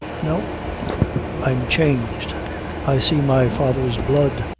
no i'm changed i see my father's blood,